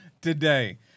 today